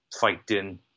fighting